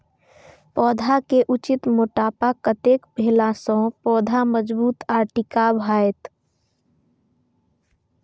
पौधा के उचित मोटापा कतेक भेला सौं पौधा मजबूत आर टिकाऊ हाएत?